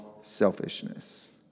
selfishness